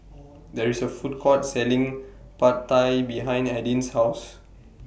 There IS A Food Court Selling Pad Thai behind Adin's House